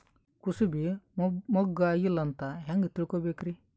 ಕೂಸಬಿ ಮುಗ್ಗ ಆಗಿಲ್ಲಾ ಅಂತ ಹೆಂಗ್ ತಿಳಕೋಬೇಕ್ರಿ?